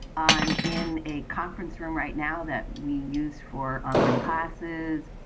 i'm in a conference room right now that we use for online classes.